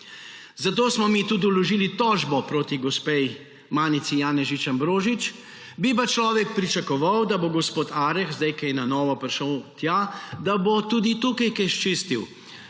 Zato smo mi tudi vložili tožbo proti gospe Manici Janežič Ambrožič, bi pa človek pričakoval, da bo gospod Areh zdaj, ko je na novo prišel tja, tudi tukaj kaj sčistil.